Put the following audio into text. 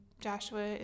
Joshua